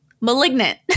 malignant